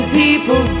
people